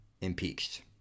impeached